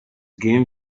game